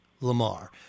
Lamar